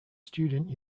student